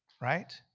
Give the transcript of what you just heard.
right